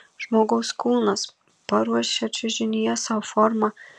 žmogaus kūnas paruošia čiužinyje sau formą